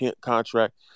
contract